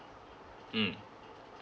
mm